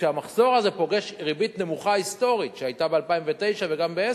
כשהמחסור הזה פוגש ריבית נמוכה היסטורית שהיתה ב-2009 וגם ב-2010,